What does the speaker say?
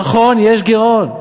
נכון, יש גירעון.